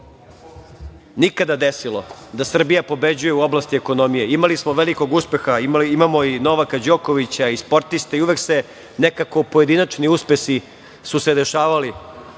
nikada desilo da Srbija pobeđuje u oblasti ekonomije. Imali smo velikog uspeha, imamo i Novaka Đokovića i sportiste i uvek su se nekako pojedinačni uspesi dešavali,